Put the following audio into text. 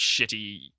shitty